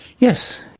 yes!